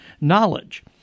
Knowledge